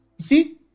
see